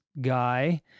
guy